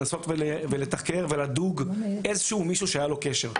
על מנת לנסות ולתחקר ולדוג איזה שהו א מישהו שהיה לו קשר.